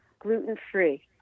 gluten-free